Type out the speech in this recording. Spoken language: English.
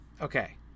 Okay